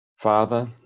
Father